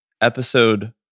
episode